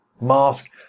mask